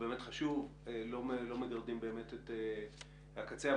באמת מגרדים את הקצה של הנושא.